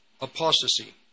apostasy